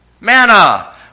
Manna